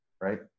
right